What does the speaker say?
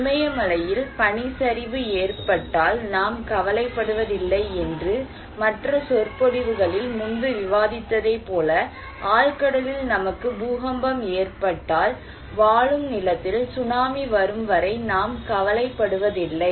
இமயமலையில் பனிச்சரிவு ஏற்பட்டால் நாம் கவலைப்படுவதில்லை என்று மற்ற சொற்பொழிவுகளில் முன்பு விவாதித்ததைப் போல ஆழ்கடலில் நமக்கு பூகம்பம் ஏற்பட்டால் வாழும் நிலத்தில் சுனாமி வரும் வரை நாம் கவலைப்படுவதில்லை